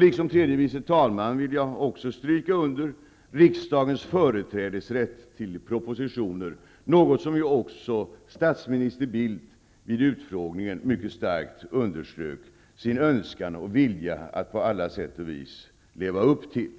Liksom tredje vice talmannen gjorde vill också jag stryka under riksdagens företrädesrätt beträffande propositioner, något som också statsminister Bildt vid utfrågningen mycket starkt underströk att han på alla sätt och vis ville leva upp till.